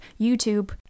YouTube